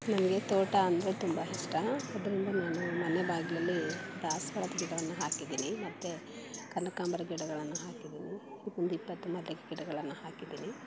ನನಗೆ ತೋಟ ಅಂದರೆ ತುಂಬ ಇಷ್ಟ ಅದರಲ್ಲೂ ನಾನು ಮನೆ ಬಾಗಲಲ್ಲಿ ದಾಸವಾಳದ ಗಿಡವನ್ನು ಹಾಕಿದ್ದೀನಿ ಮತ್ತು ಕನಕಾಂಬರ ಗಿಡಗಳನ್ನು ಹಾಕಿದ್ದೀನಿ ಒಂದು ಇಪ್ಪತ್ತು ಮಲ್ಲಿಗೆ ಗಿಡಗಳನ್ನು ಹಾಕಿದ್ದೀನಿ